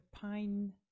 pine